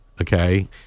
okay